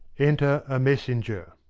enter a messenger.